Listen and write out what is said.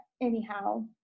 anyhow